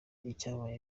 icyabaye